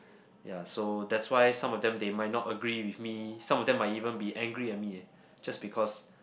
ya so that's why some of them they might not agree with me some of them might even be angry at me eh just because